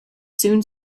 soon